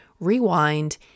rewind